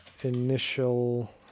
initial